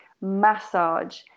massage